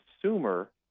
consumer